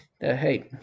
hey